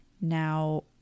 Now